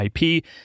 IP